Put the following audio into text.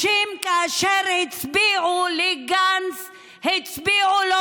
כאשר אנשים הצביעו לגנץ הם הצביעו לו